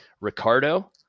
Ricardo